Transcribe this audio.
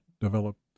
developed